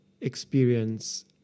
experience